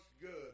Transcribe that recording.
good